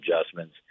adjustments